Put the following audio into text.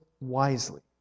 wisely